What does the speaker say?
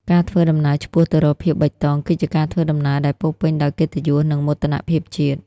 ការធ្វើដំណើរឆ្ពោះទៅរកភាពបៃតង គឺជាការធ្វើដំណើរដែលពោរពេញដោយកិត្តិយស និងមោទនភាពជាតិ។